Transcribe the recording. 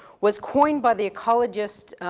was coined by the ecologist,